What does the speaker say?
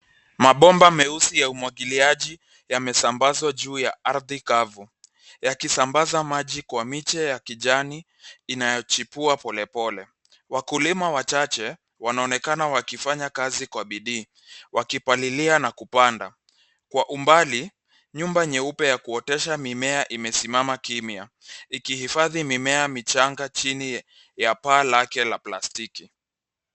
Mabomba meusi ya umwagiliaji yamesambazwa juu ya ardhi kavu. Yanasambaza maji kwa miche ya kijani inayochipua polepole. Wakulima wachache wanaonekana wakifanya kazi kwa bidii, wakipalilia na kupanda. Kwa umbali, nyumba nyeupe ya kuotesha mimea imesimama kimya, ikihifadhi mimea michanga chini ya paa la plastiki.